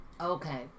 Okay